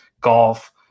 golf